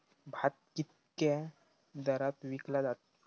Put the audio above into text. भात कित्क्या दरात विकला जा?